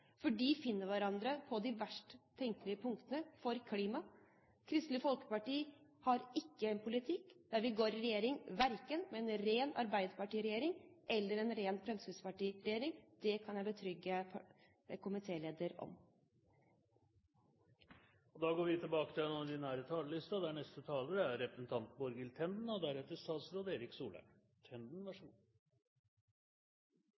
for de partiene finner hverandre på de verst tenkelige punktene for klimaet. Kristelig Folkeparti har ikke en politikk der vi ønsker å gå i regjering verken med en ren arbeiderpartiregjering eller med en ren fremskrittspartiregjering. Det kan jeg berolige komitélederen med. Replikkordskiftet er